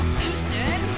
Houston